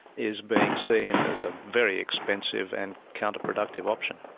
is being seen as a very expensive and counterproductive option.